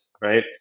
right